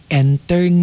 enter